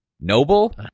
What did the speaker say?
Noble